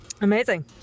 amazing